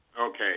okay